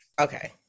Okay